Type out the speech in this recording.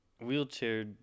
wheelchair